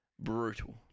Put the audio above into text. Brutal